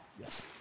Yes